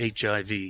HIV